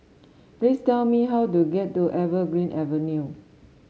please tell me how to get to Evergreen Avenue